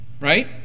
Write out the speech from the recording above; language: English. right